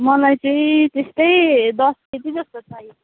मलाई चाहिँ त्यस्तै दस केजी जस्तो चाहिएको थियो